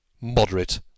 Moderate